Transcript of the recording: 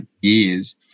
years